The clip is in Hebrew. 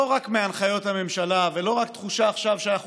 לא רק מהנחיות הממשלה ולא רק תחושה עכשיו שאנחנו